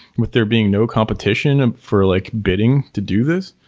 with there being no competition and for like bidding to do this.